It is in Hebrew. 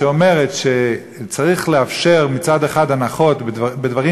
שאומרת שצריך לאפשר מצד אחד הנחות בדברים